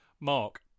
Mark